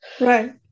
Right